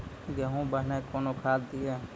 गेहूँ पहने कौन खाद दिए?